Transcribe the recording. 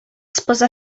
spoza